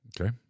Okay